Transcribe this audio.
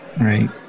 Right